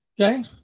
Okay